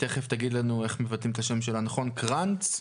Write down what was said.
פיאנה קרנץ.